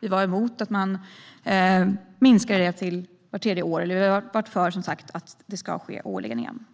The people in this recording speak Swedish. Vi var emot att minska lönekartläggningar till vart tredje år, och vi är som sagt för att de ska ske årligen igen.